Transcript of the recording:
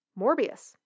Morbius